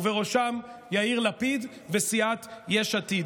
ובראשם יאיר לפיד וסיעת יש עתיד.